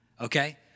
Okay